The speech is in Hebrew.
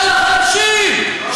של החלשים,